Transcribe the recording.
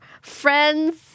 friends